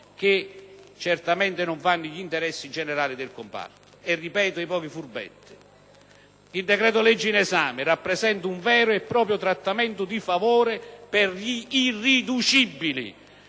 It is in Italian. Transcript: che certamente non fanno gli interessi generali de! comparto. Il decreto-legge in esame, rappresenta un vero e proprio trattamento di favore per "gli irriducibili"